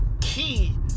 key